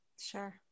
Sure